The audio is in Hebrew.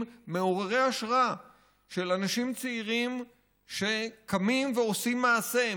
מעוררי השראה של אנשים צעירים שקמים ועושים מעשה,